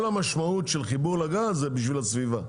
המשמעות של חיבור לגז זה בשביל הסביבה,